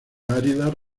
áridas